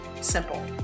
simple